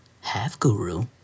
half-guru